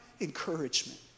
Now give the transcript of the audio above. encouragement